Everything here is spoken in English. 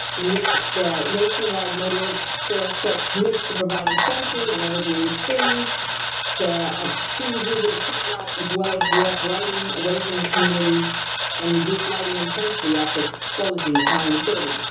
in which the nationwide motor sales corp commits to providing fencing and evergreen screens to screen views of the car lot, as well as direct lighting away from the community and reduce lighting intensity after closing at nine thirty.